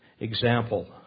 example